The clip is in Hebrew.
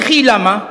וכי למה?